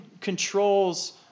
controls